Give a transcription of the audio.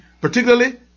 Particularly